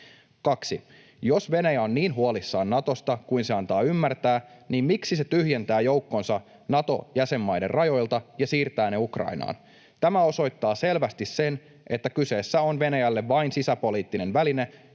2) Jos Venäjä on niin huolissaan Natosta kuin se antaa ymmärtää, niin miksi se tyhjentää joukkonsa Nato-jäsenmaiden rajoilta ja siirtää ne Ukrainaan? Tämä osoittaa selvästi sen, että kyseessä on Venäjälle vain sisäpoliittinen väline,